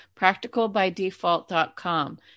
practicalbydefault.com